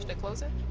and close it?